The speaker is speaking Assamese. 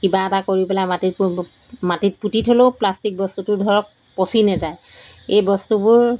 কিবা এটা কৰি পেলাই মাটিত মাটিত পুতি থ'লেও প্লাষ্টিক বস্তুটো ধৰক পচি নাযায় এই বস্তুবোৰ